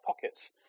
pockets